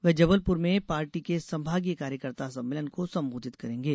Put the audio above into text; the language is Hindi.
वे जबलपुर में पार्टी के संभागीय कार्यकर्ता सम्मेलन को संबोधित करेंगे